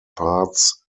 parts